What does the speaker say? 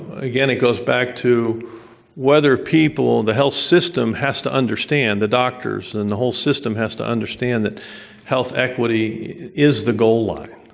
again it goes back to whether people, the health system has to understand, the doctors and the whole system, has to understand that health equity is the goal line,